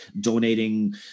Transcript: donating